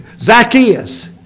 Zacchaeus